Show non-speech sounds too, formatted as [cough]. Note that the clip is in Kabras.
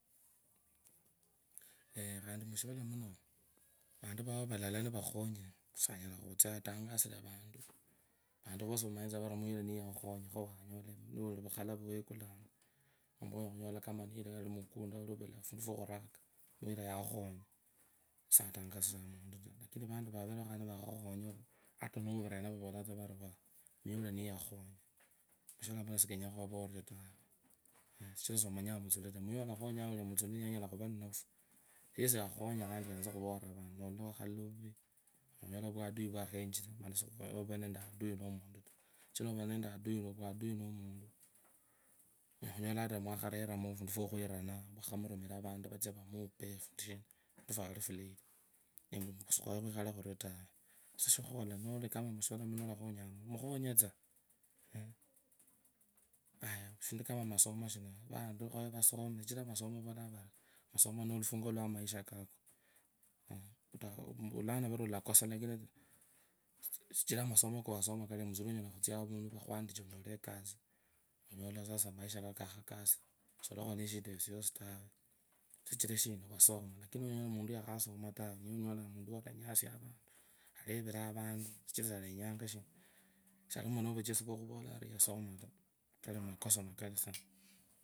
[hesitation] khundi mushivala muno vawo valala nivakhukho nyire usanyala khutsia atangazire avantu taa vantu vosi vamanye tsa vori muya oyu niyewakhu khonyu khawangola mukhala vwa wekuta nomba nikuri mukunde wakhukurira fundu fwokhuraka satonyozi rangi muntu taa lakini valala vaveroo nivakhakhukhonya ata novura yena vavolanga tsa vari muyaa ayu niyewakhukhonya sikenya uvevee orio taa sichira semanyanga mutsuli taa sikhaye khwikhalee khurio taa sasa shakhukhola norimushivala muno nolakhonyanga okhonye tsaa ayaa shinda kama masomo shino khaya asome sichira masomo kawasoma onywa khutsia avundu tawe olanyula akanyasianga aleviranga avantu sichira saienyanga shina satimo nomachesi kokhuvula ari yasoma kari makosa kandi makali sana.